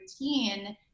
routine